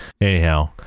anyhow